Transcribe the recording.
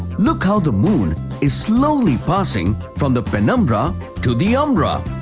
look how the moon is slowly passing from the penumbra to the umbra.